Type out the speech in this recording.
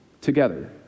together